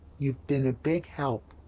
you've been a big help.